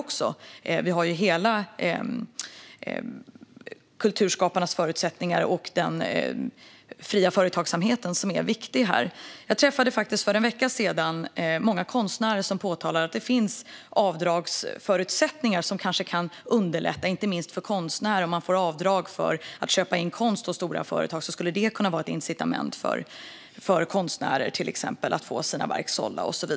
Det handlar ju om förutsättningarna för alla kulturskapare och om den fria företagsamheten, som är viktig här. För en vecka sedan träffade jag faktiskt många konstnärer som påpekade att det finns avdragsförutsättningar som kanske kan underlätta inte minst för konstnärer. Om stora företag fick göra avdrag för inköp av konst skulle det kunna vara ett incitament som hjälper konstnärer att få sina verk sålda.